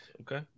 Okay